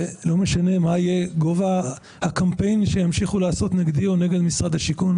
ולא משנה מה יהיה גובה הקמפיין שימשיכו לעשות נגדי או נגד משרד השיכון,